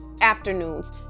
afternoons